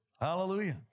hallelujah